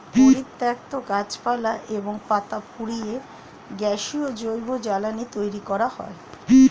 পরিত্যক্ত গাছপালা এবং পাতা পুড়িয়ে গ্যাসীয় জৈব জ্বালানি তৈরি করা হয়